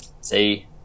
See